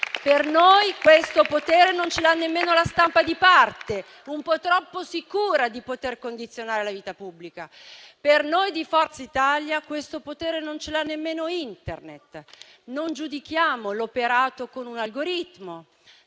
Per noi questo potere non ce l'ha nemmeno la stampa di parte, un po' troppo sicura di poter condizionare la vita pubblica. Per noi di Forza Italia questo potere non ce l'ha nemmeno Internet. Non giudichiamo l'operato con un algoritmo,